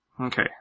Okay